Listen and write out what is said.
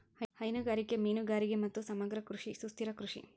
ಹೈನುಗಾರಿಕೆ, ಮೇನುಗಾರಿಗೆ ಮತ್ತು ಸಮಗ್ರ ಕೃಷಿ ಸುಸ್ಥಿರ ಕೃಷಿ